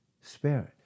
Spirit